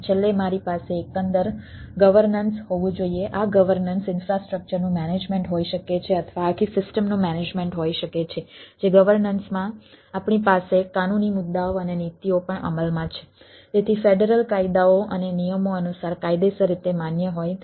અને છેલ્લે મારી પાસે એકંદર ગવર્નન્સ કાયદાઓ અને નિયમો અનુસાર કાયદેસર રીતે માન્ય હોય